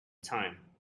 time